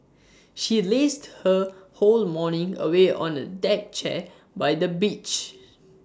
she lazed her whole morning away on A deck chair by the beach